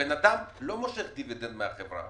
הבן אדם לא מושך דיבידנד מהחברה